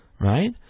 right